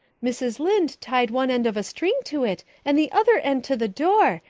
mrs. lynde tied one end of a string to it and the other end to the door,